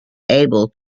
able